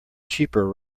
cheaper